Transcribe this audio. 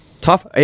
Tough